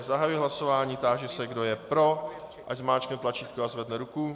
Zahajuji hlasování a táži se, kdo je pro návrh, ať zmáčkne tlačítko a zvedne ruku.